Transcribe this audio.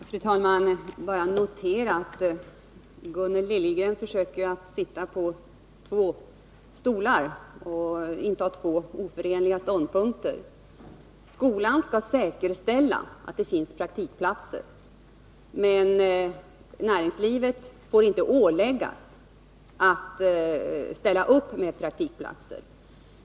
Fru talman! Jag vill bara notera att Gunnel Liljegren försöker sitta på två stolar samtidigt, inta två oförenliga ståndpunkter: skolan skall säkerställa att det finns praktikplatser, men näringslivet får inte åläggas att ställa upp med praktikplatser.